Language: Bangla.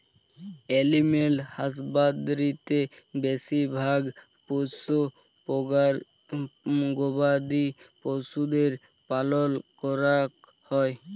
এলিম্যাল হাসবাদরীতে বেশি ভাগ পষ্য গবাদি পশুদের পালল ক্যরাক হ্যয়